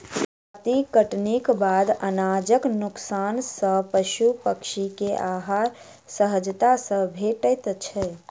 जजाति कटनीक बाद अनाजक नोकसान सॅ पशु पक्षी के आहार सहजता सॅ भेटैत छै